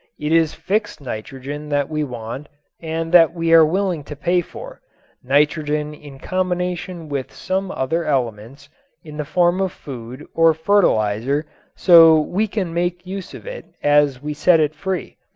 it is fixed nitrogen that we want and that we are willing to pay for nitrogen in combination with some other elements in the form of food or fertilizer so we can make use of it as we set it free.